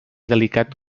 delicat